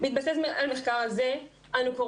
בהתבסס על המחקר הזה אנו,